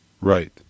Right